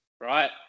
right